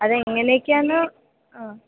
അതെങ്ങനെയൊക്കെയാണെന്ന്